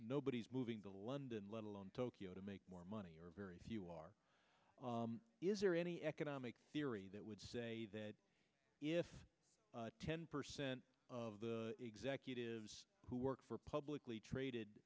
nobody's moving to london let alone tokyo to make more money or very few are is there any economic theory that would say that if ten percent of the executives who work for publicly traded